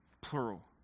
plural